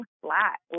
flat